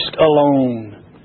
alone